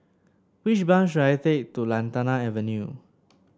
which bus should I take to Lantana Avenue